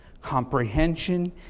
Comprehension